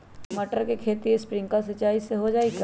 मटर के खेती स्प्रिंकलर सिंचाई से हो जाई का?